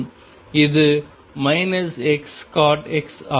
இது Xcot X ஆகும்